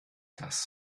das